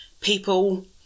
People